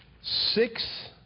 Six